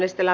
asia